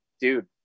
dude